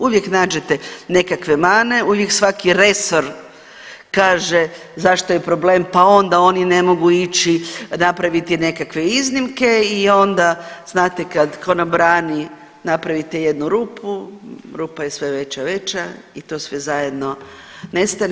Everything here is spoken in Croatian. Uvijek nađete nekakve mane, uvijek svaki resor kaže zašto je problem pa onda oni ne mogu ići napraviti nekakve iznimke i onda znate kad ko na brani napravite jednu rupu, rupa je sve veća i veća i to sve zajedno nestane.